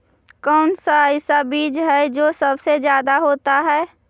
कौन सा ऐसा बीज है जो सबसे ज्यादा होता है?